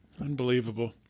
Unbelievable